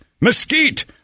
Mesquite